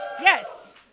Yes